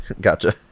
Gotcha